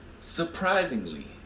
Surprisingly